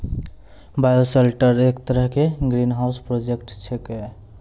bioshelter एक तरह के ग्रीनहाउस प्रोजेक्ट छेकै